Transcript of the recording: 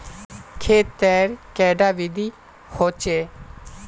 खेत तेर कैडा विधि होचे?